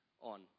on